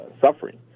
suffering